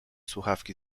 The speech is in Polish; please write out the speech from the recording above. słuchawki